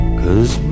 cause